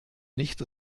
nicht